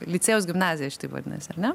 licėjaus gimnazija šitaip vadinasi ar ne